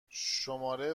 شماره